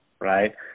right